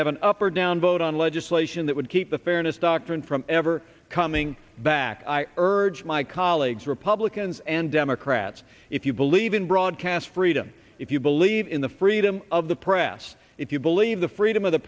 have an up or down vote on legislation that would keep the fairness doctrine from ever coming back i urge my colleagues republicans and democrats if you believe in broadcast freedom if you believe in the freedom of the press if you believe the freedom of the